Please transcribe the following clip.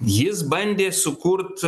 jis bandė sukurt